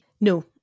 No